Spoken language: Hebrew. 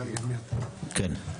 כן.